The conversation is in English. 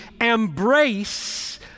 embrace